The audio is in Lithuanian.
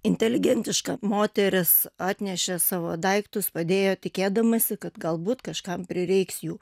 inteligentiška moteris atnešė savo daiktus padėjo tikėdamasi kad galbūt kažkam prireiks jų